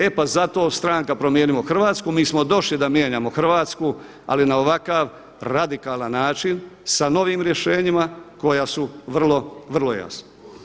E pa zato Stranka promijenimo Hrvatsku, mi smo došli da mijenjamo Hrvatsku ali na ovakav radikalan način sa novim rješenjima koja su vrlo, vrlo jasna.